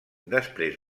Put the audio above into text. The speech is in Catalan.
després